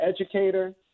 educator